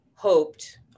hoped